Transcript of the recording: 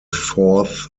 fourth